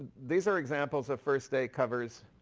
these are examples of first day covers,